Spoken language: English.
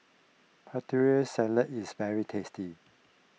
Putri Salad is very tasty